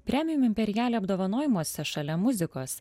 premium imperiale apdovanojimuose šalia muzikos